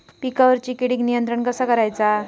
पिकावरची किडीक नियंत्रण कसा करायचा?